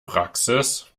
praxis